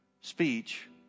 speech